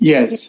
Yes